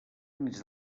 units